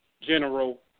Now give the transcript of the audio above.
General